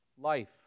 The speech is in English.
Life